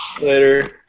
Later